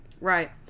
Right